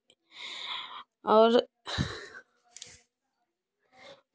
और